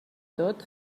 tot